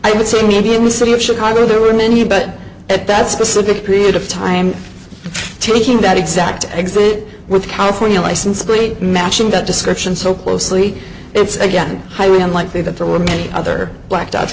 i would say immediately city of chicago where there were many but at that specific period of time taking that exact exit with california license plate matching that description so closely it's again highly unlikely that there were many other blacked out